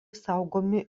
saugomi